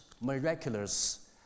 miraculous